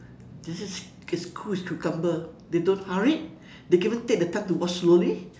this is as cool as cucumber they don't hurry they even take the time to walk slowly